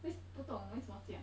为不懂为什么这样